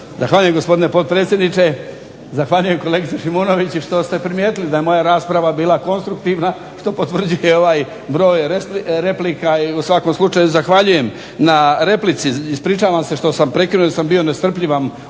Zahvaljujem gospodine potpredsjedniče, zahvaljujem kolegice Šimunović i što ste primijetili da je moja rasprava bila konstruktivna što potvrđuje ovaj broj replika i u svakom slučaju zahvaljujem na replici. Ispričavam se što sam prekinuo jer sam bio nestrpljiv